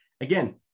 Again